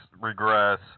regress